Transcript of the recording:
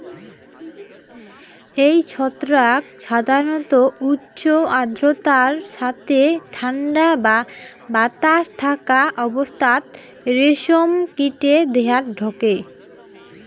এই ছত্রাক সাধারণত উচ্চ আর্দ্রতার সথে ঠান্ডা বা বাতাস থাকা অবস্থাত রেশম কীটে দেহাত ঢকে